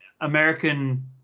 American